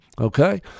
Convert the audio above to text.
Okay